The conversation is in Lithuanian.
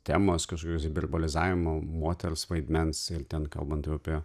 temos kažkokios hiperbolizavimo moters vaidmens ir ten kalbant jau apie